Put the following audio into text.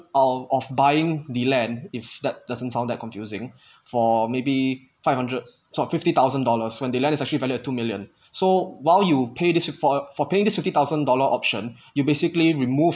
of of buying the land if that doesn't sound that confusing for maybe five hundred sorry fifty thousand dollars when the land is actually valued at two million so while you pay this for paying this fifty thousand dollar option you basically removed